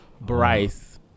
Bryce